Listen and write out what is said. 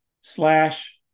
slash